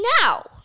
now